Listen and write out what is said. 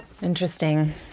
Interesting